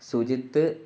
Sujith